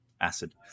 Acid